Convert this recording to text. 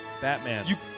Batman